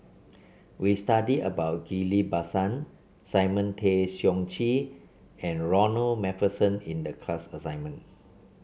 we study about Ghillie Basan Simon Tay Seong Chee and Ronald MacPherson in the class assignment